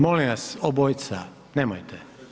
Molim vas obojica nemojte.